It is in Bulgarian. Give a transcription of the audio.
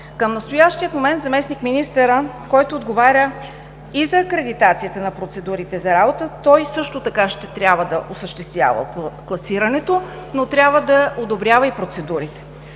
Към настоящия момент заместник-министърът, който отговаря и за акредитацията на процедурите за работа, също ще трябва да осъществява класирането, но трябва да одобрява и процедурите.